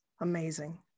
Amazing